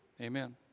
amen